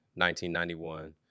1991